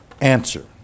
answer